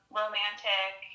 romantic